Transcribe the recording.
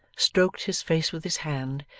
stroked his face with his hand,